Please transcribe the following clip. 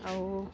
আৰু